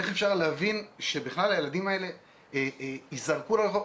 איך אפשר להבין שבכלל הילדים האלה ייזרקו לרחוב,